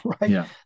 right